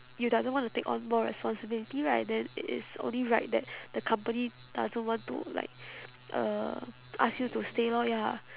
you doesn't want to take on more responsibility right then it is only right that the company doesn't want to like uh ask you to stay lor ya lah